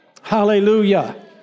Hallelujah